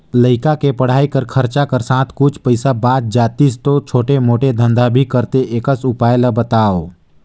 लइका के पढ़ाई कर खरचा कर साथ कुछ पईसा बाच जातिस तो छोटे मोटे धंधा भी करते एकस उपाय ला बताव?